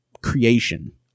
creation